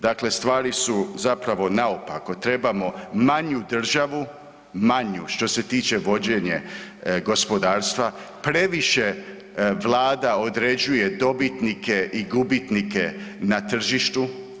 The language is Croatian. Dakle, stvari su zapravo naopako, trebamo manju državu, manju što se tiče vođenje gospodarstva, previše vlada određuje dobitnike i gubitnike na tržištu.